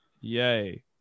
Yay